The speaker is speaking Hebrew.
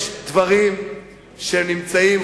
יש דברים שנמצאים,